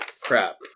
Crap